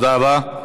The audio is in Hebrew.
תודה רבה.